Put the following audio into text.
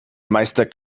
meister